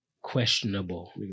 questionable